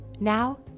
Now